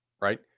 Right